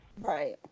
Right